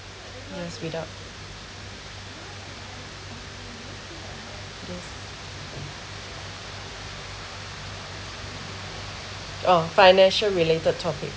need to speed up yes oh financial related topic